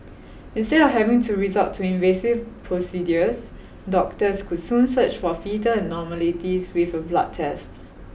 instead of having to resort to invasive procedures doctors could soon search for foetal abnormalities with a blood test